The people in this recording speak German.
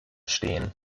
stehen